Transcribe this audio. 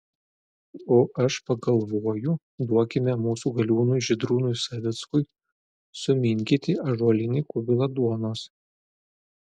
o aš pagalvoju duokime mūsų galiūnui žydrūnui savickui suminkyti ąžuolinį kubilą duonos